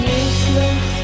useless